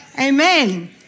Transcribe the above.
Amen